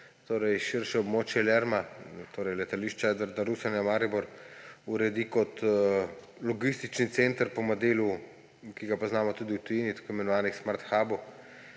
širše območje LERM, torej Letališča Edvarda Rusjana Maribor, uredi kot logistični center po modelu, ki ga poznamo tudi v tujini, tako imenovanih Smart Hubov,